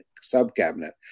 sub-cabinet